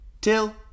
till